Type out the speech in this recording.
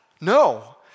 No